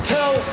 Tell